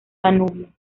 danubio